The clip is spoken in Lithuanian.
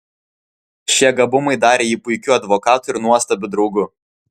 šie gabumai darė jį puikiu advokatu ir nuostabiu draugu